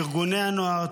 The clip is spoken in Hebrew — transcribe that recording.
ארגוני הנוער,